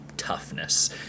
Toughness